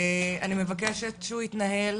אני מבקשת שהוא יתנהל